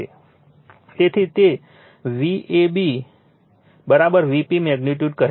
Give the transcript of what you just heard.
તેથી તે Vab Vp magnitude કહે છે